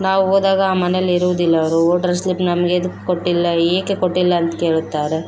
ನಾವು ಹೋದಾಗ ಆ ಮನೆಯಲ್ಲಿ ಇರುವುದಿಲ್ಲ ಅವರು ವೋಟರ್ ಸ್ಲಿಪ್ ನಮಗೆ ಏದುಕ್ ಕೊಟ್ಟಿಲ್ಲ ಏಕೆ ಕೊಟ್ಟಿಲ್ಲ ಅಂತ ಕೇಳುತ್ತಾರೆ